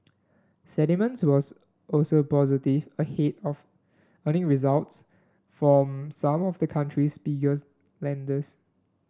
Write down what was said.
sentiment was also positive ahead of earning results from some of the country's biggest lenders